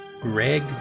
Greg